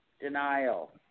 denial